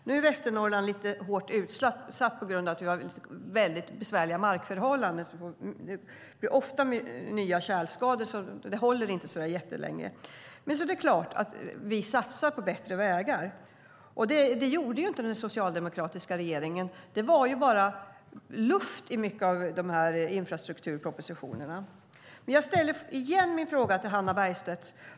Nu är Västernorrland lite hårt utsatt på grund av att vi har mycket besvärliga markförhållanden, och det blir ofta nya tjälskador. Vägarna håller inte så länge. Det är klart att vi satsar på bättre vägar. Det gjorde inte den socialdemokratiska regeringen. Det var bara luft i mycket av infrastrukturpropositionerna. Jag ställer min fråga till Hannah Bergstedt igen.